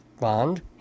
Bond